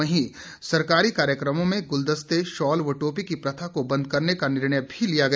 वहीं सरकारी कार्यक्रमों में गुलदस्ते शॉल व टोपी की प्रथा को बंद करने का निर्णय लिया गया